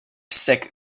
sick